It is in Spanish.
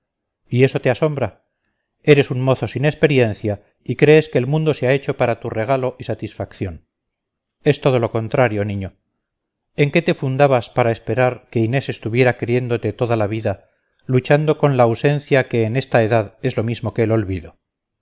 y eso te asombra eres un mozo sin experiencia y crees que el mundo se ha hecho para tu regalo y satisfacción es todo lo contrario niño en qué te fundabas para esperar que inés estuviera queriéndote toda la vida luchando con la ausencia que en esta edad es lo mismo que el olvido